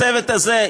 הצוות הזה,